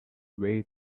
way